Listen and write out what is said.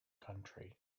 country